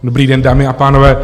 Dobrý den, dámy a pánové.